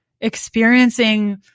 experiencing